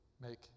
make